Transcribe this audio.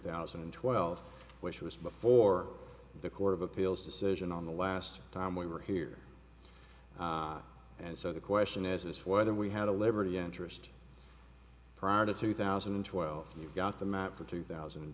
thousand and twelve which was before the court of appeals decision on the last time we were here and so the question is whether we had a liberty interest prior to two thousand and twelve you got the map for two thousand and